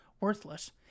worthless